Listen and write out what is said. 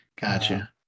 Gotcha